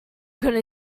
going